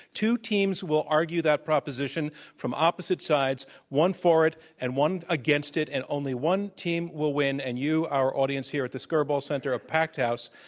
two teams will argue that proposition from opposite sides, one for it and one against it. and only one team will win. and you, our audience here at the skirball center, a packed house,